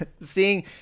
seeing